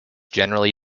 generally